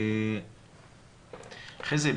חזי,